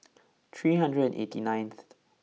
three hundred and eighty ninth